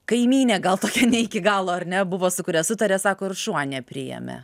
kaimynė gal ne iki galo ar ne buvo su kuria sutaria sako ir šuo nepriėmė